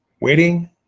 waiting